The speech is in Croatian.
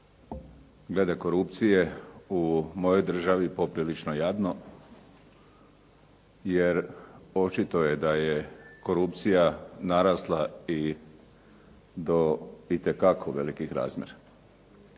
Glede korupcije u mojoj državi poprilično jadno, jer očito je da je korupcija narasla i do itekako velikih razloga